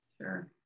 Sure